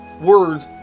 words